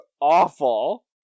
awful